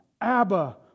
Abba